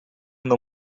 não